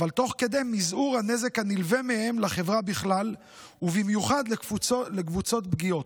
אבל תוך כדי מזעור הנזק הנלווה להם לחברה בכלל ובמיוחד לקבוצות פגיעות.